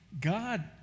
God